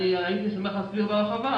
הייתי שמח להסביר בהרחבה,